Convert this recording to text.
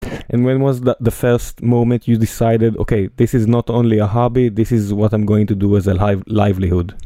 ומתי היה הרגע הראשון שהחלטת, אוקיי, זה לא רק תחביב, זה מה שאני אעשה כפרנסה